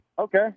Okay